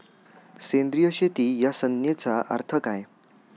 सेंद्रिय शेती या संज्ञेचा अर्थ काय?